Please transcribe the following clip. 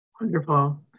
Wonderful